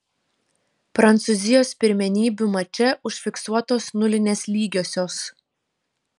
prancūzijos pirmenybių mače užfiksuotos nulinės lygiosios